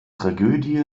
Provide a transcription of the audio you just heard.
tragödie